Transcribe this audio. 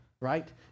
right